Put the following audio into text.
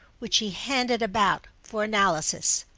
which she handed about for analysis.